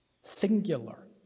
singular